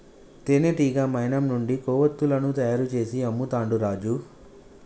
తేనెటీగ మైనం నుండి కొవ్వతులను తయారు చేసి అమ్ముతాండు రాజు